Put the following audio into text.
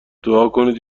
دعاکنید